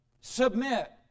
submit